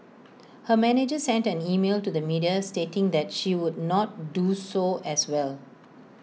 her manager sent an email to the media stating that she would not do so as well